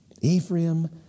Ephraim